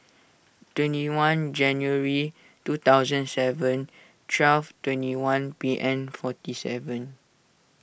twenty one January two thousand seven twelve twenty one P M forty seven